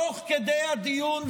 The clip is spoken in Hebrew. תוך כדי הדיון.